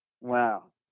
Wow